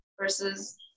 versus